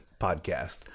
podcast